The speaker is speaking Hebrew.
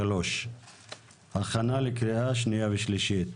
הכנה לקריאה שנייה ושלישית.